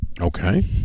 Okay